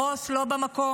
הראש לא במקום,